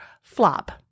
flop